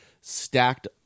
stacked